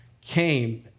came